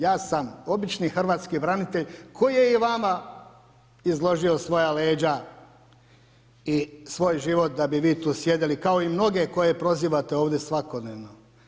Ja sam obični hrvatski branitelj koji je i vama izložio svoja leđa i svoj život da bi vi tu sjedili kao i mnoge koje prozivate ovdje svakodnevno.